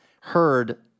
heard